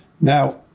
Now